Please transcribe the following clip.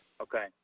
Okay